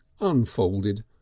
unfolded